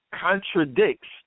contradicts